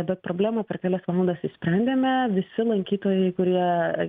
bet problemą per kelias valandas išsprendėme visi lankytojai kurie